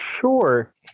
sure